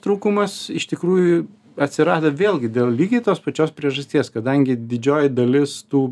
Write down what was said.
trūkumas iš tikrųjų atsirado vėlgi dėl lygiai tos pačios priežasties kadangi didžioji dalis tų